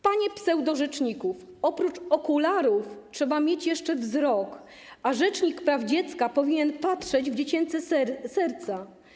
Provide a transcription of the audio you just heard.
Panie pseudorzeczniku, oprócz okularów trzeba mieć jeszcze wzrok, a rzecznik praw dziecka powinien patrzeć w dziecięce serca.